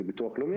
זה ביטוח לאומי,